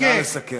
נא לסכם.